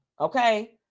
Okay